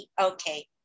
okay